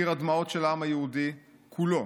קיר הדמעות של העם היהודי כולו,